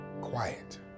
quiet